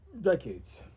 decades